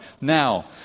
now